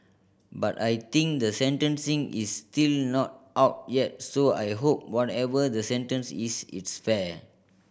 but I think the sentencing is still not out yet so I hope whatever the sentence is it's fair